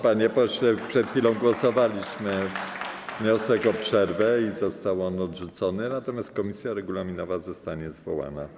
Panie pośle, przed chwilą głosowaliśmy nad wnioskiem o przerwę i został on odrzucony, natomiast komisja regulaminowa zostanie zwołana.